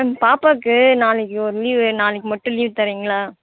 ma'am பாப்பாவுக்கு நாளைக்கு ஒரு லீவ் வேணும் நாளைக்கு மட்டும் லீவ் தரீங்களா